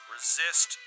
Resist